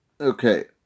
Okay